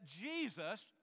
Jesus